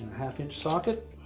half-inch socket,